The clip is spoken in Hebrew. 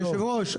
אדוני היושב-ראש,